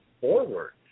forward